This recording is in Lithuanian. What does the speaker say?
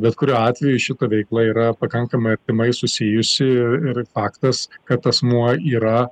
bet kuriuo atveju ši veikla yra pakankamai artimai susijusi ir ir faktas kad asmuo yra